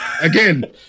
Again